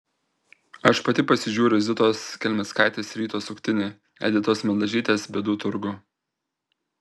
aš pati pasižiūriu zitos kelmickaitės ryto suktinį editos mildažytės bėdų turgų